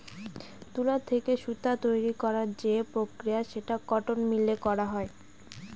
তুলা থেকে সুতা তৈরী করার যে প্রক্রিয়া সেটা কটন মিলে করা হয়